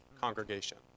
congregation